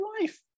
life